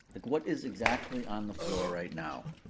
like what is exactly on the floor right now?